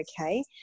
okay